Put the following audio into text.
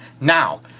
Now